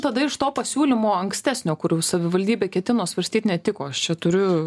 tada iš to pasiūlymo ankstesnio kur jau savivaldybė ketino svarstyt netiko aš čia turiu